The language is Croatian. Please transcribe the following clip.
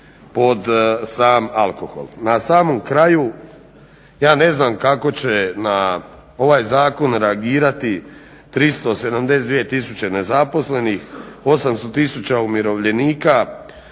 pod sam alkohol.